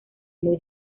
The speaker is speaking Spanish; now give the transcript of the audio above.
muy